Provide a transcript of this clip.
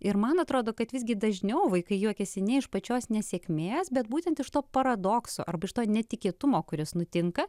ir man atrodo kad visgi dažniau vaikai juokiasi ne iš pačios nesėkmės bet būtent iš to paradokso arba iš to netikėtumo kuris nutinka